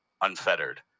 unfettered